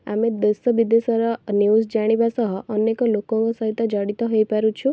ଆମେ ଦେଶ ବିଦେଶର ନ୍ୟୁଜ୍ ଜାଣିବା ସହ ଅନେକ ଲୋକଙ୍କ ସହିତ ଜଡ଼ିତ ହୋଇପାରୁଛୁ